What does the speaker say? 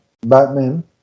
batman